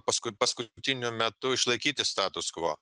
paskui paskutiniu metu išlaikyti status quo